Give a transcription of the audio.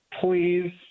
please